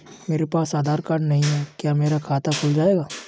मेरे पास आधार कार्ड नहीं है क्या मेरा खाता खुल जाएगा?